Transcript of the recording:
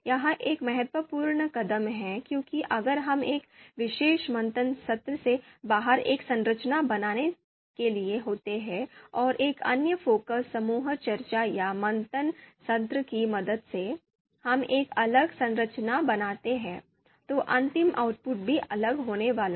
यह एक महत्वपूर्ण कदम है क्योंकि अगर हम एक विशेष मंथन सत्र से बाहर एक संरचना बनाने के लिए होते हैं और एक अन्य फोकस समूह चर्चा या मंथन सत्र की मदद से हम एक अलग संरचना बनाते हैं तो अंतिम आउटपुट भी अलग होने वाला है